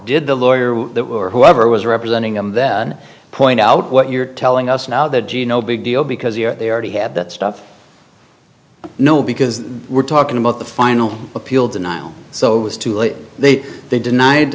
did the lawyer or whoever was representing him then point out what you're telling us now that gee no big deal because they already had that stuff no because we're talking about the final appeal denial so it was too late they they